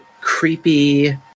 creepy